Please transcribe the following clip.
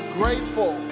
grateful